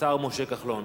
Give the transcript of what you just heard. השר משה כחלון.